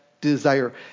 desire